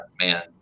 man